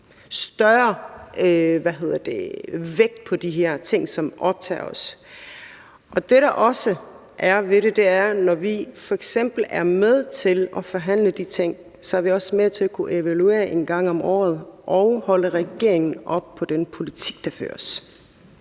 større vægt på de her ting, som optager os. Det, der også er ved det, er, at når vi f.eks. er med til at forhandle de ting, er vi også med til at kunne evaluere en gang om året og holde regeringen op på den politik, der føres.